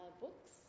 books